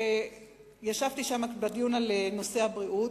וישבתי שם בדיון על נושא הבריאות,